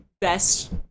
best